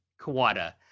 Kawada